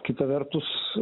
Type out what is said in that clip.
kita vertus